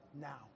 now